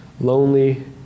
lonely